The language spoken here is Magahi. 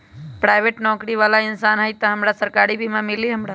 पराईबेट नौकरी बाला इंसान हई त हमरा सरकारी बीमा मिली हमरा?